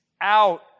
out